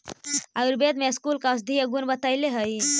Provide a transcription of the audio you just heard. आयुर्वेद में स्कूल का औषधीय गुण बतईले हई